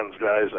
guys